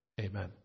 Amen